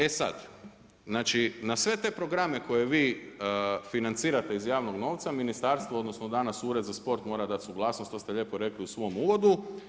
E sad, na sve te programe koje vi financirate iz javnog novca Ministarstvo odnosno danas Ured za sport mora dati suglasnost, to ste lijepo rekli u svom uvodu.